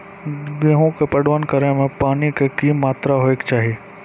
गेहूँ के पटवन करै मे पानी के कि मात्रा होय केचाही?